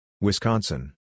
Wisconsin